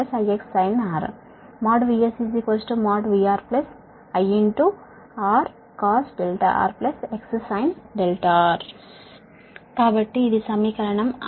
VSVR|I|R cos R X sin R కాబట్టి ఇది సమీకరణం 6